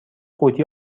قوطی